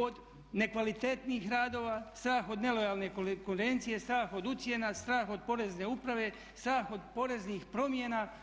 od nekvalitetnih radova, strah od nelojalne konkurencije, strah od ucjena, strah od porezne uprave, strah od poreznih promjena.